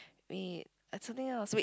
wait like something else wait